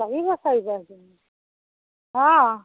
পাৰিব চাৰি পাঁচজন অঁ